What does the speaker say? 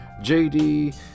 jd